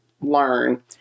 learn